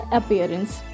appearance